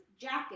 jacket